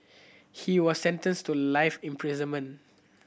he was sentenced to life imprisonment